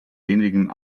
wenigen